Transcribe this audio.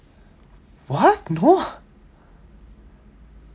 what no